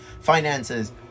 finances